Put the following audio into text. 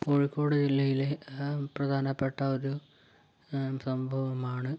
കോഴിക്കോട് ജില്ലയിലെ പ്രധാനപ്പെട്ട ഒരു സംഭവമാണ്